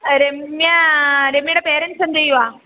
ആ രമ്യാ രമ്യയുടെ പാരെന്റ്സ് എന്ത് ചെയ്യുകയാണ്